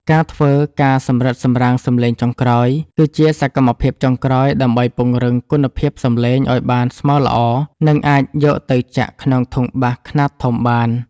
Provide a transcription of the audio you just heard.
ការធ្វើ ការសម្រិតសម្រាំងសំឡេងចុងក្រោយ គឺជាសកម្មភាពចុងក្រោយដើម្បីពង្រឹងគុណភាពសំឡេងឱ្យបានស្មើល្អ និងអាចយកទៅចាក់ក្នុងធុងបាសខ្នាតធំបាន។